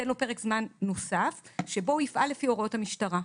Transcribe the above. לו פרק זמן נוסף שבו הוא יפעל לפי הוראות המשטרה.